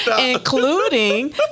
including